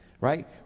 Right